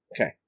Okay